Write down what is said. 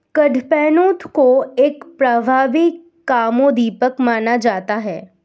कडपहनुत को एक प्रभावी कामोद्दीपक माना जाता है